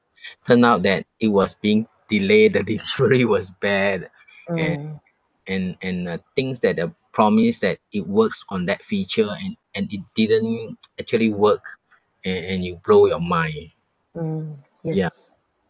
turn out that it was being delay the delivery was bad and and and uh things that they promise that it works on that feature and and it didn't actually work and and it blow your mind ya